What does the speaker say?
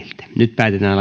nyt päätetään